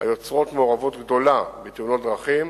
היוצרות מעורבות גדולה בתאונות דרכים